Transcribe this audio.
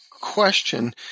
question